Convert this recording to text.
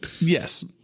yes